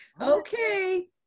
Okay